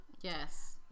Yes